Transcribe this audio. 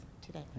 today